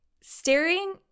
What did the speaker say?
staring